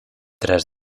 tras